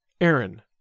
Aaron